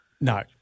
No